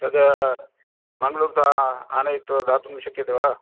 तद् मङ्ग्ळूर्तः आनयित्वा दातुं शक्यते वा